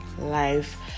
life